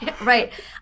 Right